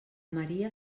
maria